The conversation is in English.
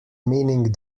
meaning